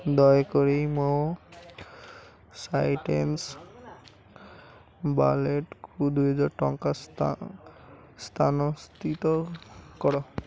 ଦୟାକରି ମୋ ସାଇଟ୍ରସ୍ ୱାଲେଟ୍କୁ ଦୁଇହଜାର ଟଙ୍କା ସ୍ଥା ସ୍ଥାନାନ୍ତରିତ କର